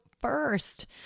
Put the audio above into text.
first